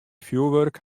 fjoerwurk